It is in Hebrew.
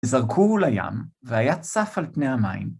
זרקו לים, והיה צף על פני המים.